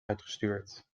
uitgestuurd